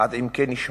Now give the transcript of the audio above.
עד עמקי נשמתי.